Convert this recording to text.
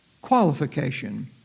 qualification